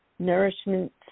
nourishment